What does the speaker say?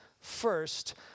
first